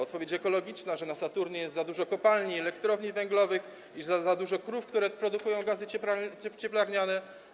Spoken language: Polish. Odpowiedź ekologiczna, że na Saturnie jest za dużo kopalni i elektrowni węglowych i za dużo krów, które produkują gazy cieplarniane.